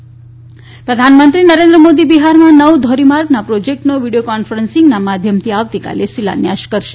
પ્રધાનમંત્રી બિહાર પ્રધાનમંત્રી નરેન્દ્ર મોદી બિહારમાં નવ ધોરીમાર્ગના પ્રોજેકટોનો વીડીયો કોન્ફરન્સીંગના માધ્યમથી આવતીકાલે શિલાન્યાસ કરશે